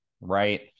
right